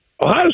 Ohio